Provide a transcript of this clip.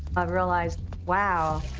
i've realized, wow.